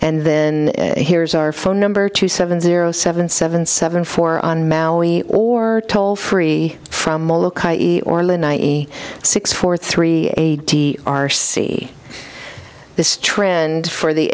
and then here's our phone number two seven zero seven seven seven four on maui or toll free from orland i e six four three a t r c this trend for the